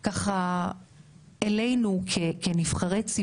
קשה לריב עם אפרת.